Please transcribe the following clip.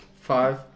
Five